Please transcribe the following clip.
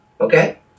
okay